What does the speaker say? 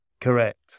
Correct